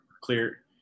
clear